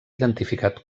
identificat